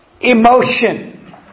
emotion